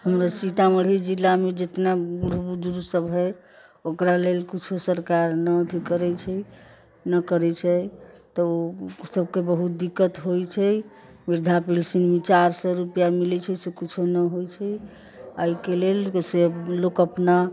हमरा सीतामढ़ी जिलामे जितना बूढ़ बुजुर्ग सभ हइ ओकरा लेल सरकार किछु नहि अथि करैत छै तऽ ओ सभके बहुत दिक्कत होइत छै वृद्धा पेन्शन चारि सए रुपआ मिलैत छै से किछु नहि होइत छै एहिके लेल जाहि से लोक अपना